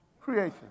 creation